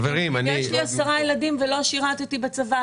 כי אם יש לי 10 ילדים ולא שירתִּי בצבא,